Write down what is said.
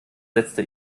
setzte